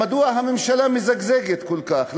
מדוע הממשלה מזגזגת כל כך?